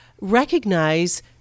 recognize